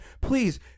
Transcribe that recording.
Please